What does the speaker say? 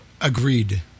Agreed